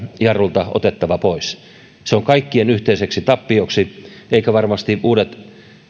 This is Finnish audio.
jarrulta otettava pois se on kaikkien yhteiseksi tappioksi eivätkä varmasti uudet